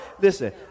listen